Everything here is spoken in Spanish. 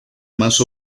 más